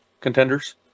contenders